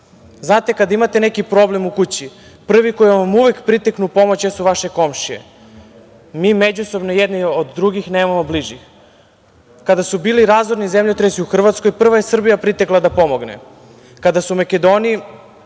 Znate, kada imate neki problem u kući, prvi koji vam uvek priteknu u pomoć jesu vaše komšije. Mi međusobno jedni od drugih nemamo bližih. Kada su bili razorni zemljotresi u Hrvatskoj, prva je Srbija pritekla da pomogne. Kada su Makedoniji,